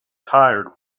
tired